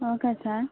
okay sir